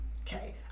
Okay